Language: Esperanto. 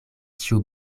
ĉiu